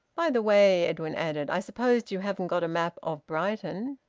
by the way, edwin added, i suppose you haven't got a map of brighton?